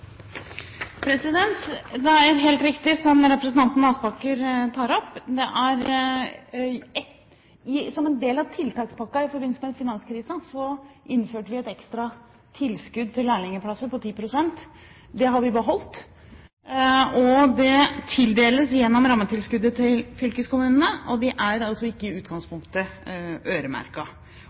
Det er helt riktig det representanten Aspaker tar opp: Som en del av tiltakspakken i forbindelse med finanskrisen innførte vi et ekstra tilskudd til lærlingplasser på 10 pst. Det har vi beholdt, og midlene tildeles gjennom rammetilskuddet til fylkeskommunene. De er altså ikke i utgangspunktet